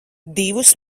divus